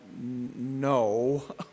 no